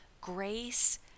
grace